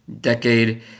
decade